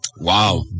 Wow